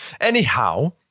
Anyhow